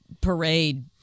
Parade